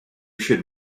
should